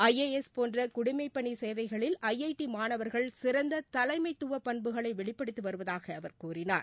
I A S போன்ற குடிமைப்பணி சேவைகளில் ஐ டி மாணவர்கள் சிறந்த தலைமைத்துவ பண்புகளை வெளிப்படுத்தி வருவதாக அவர் கூறினார்